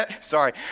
Sorry